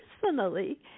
personally